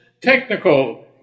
technical